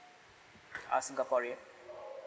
ah singaporea